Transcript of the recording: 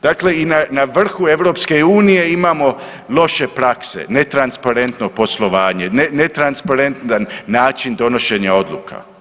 Dakle i na vrhu EU imamo loše prakse, netransparentno poslovanje, netransparentan način donošenja odluka.